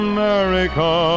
America